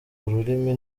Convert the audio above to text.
ururimi